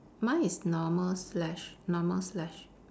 mine is normal slash normal slash